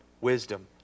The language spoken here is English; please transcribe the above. wisdom